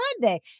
Monday